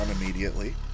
immediately